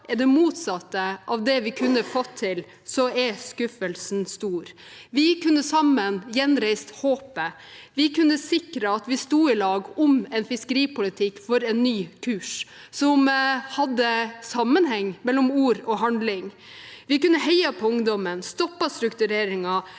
er det motsatte av det vi kunne fått til, er skuffelsen stor. Vi kunne gjenreist håpet sammen. Vi kunne sikret at vi sto i lag om en fiskeripolitikk for en ny kurs, som hadde sammenheng mellom ord og handling. Vi kunne heiet på ungdommen, stoppet struktureringen,